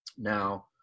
Now